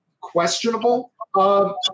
questionable